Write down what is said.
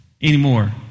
anymore